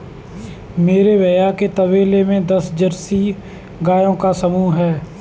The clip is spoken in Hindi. मेरे भैया के तबेले में दस जर्सी गायों का समूह हैं